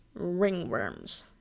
ringworms